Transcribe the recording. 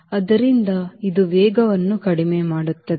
ಆದ್ದರಿಂದ ಇದು ವೇಗವನ್ನು ಕಡಿಮೆ ಮಾಡುತ್ತದೆ